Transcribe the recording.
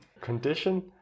condition